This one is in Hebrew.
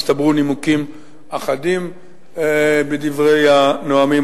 הצטברו נימוקים אחדים בדברי הנואמים.